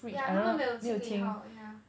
yeah 他们没有清理好 yeah